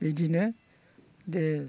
बेदिनो दे